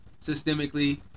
systemically